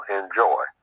enjoy